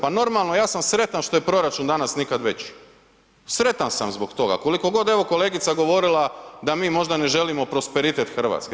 Pa normalno ja sam sretan što je proračun danas nikad veći, sretan sam zbog toga koliko god evo kolegica govorila da mi možda ne želimo prosperitet Hrvatske.